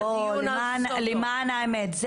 למען האמת.